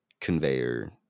conveyor